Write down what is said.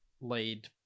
laid